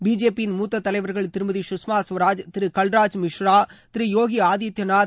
பிஜேபியின் மூத்த தலைவா்கள் திருமதி சுஷ்மா சுவராஜ் திரு கல்ராஜ் மிஸ்ரா திரு யோகி ஆதித்ய நாத்